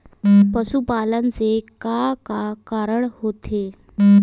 पशुपालन से का का कारण होथे?